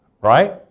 Right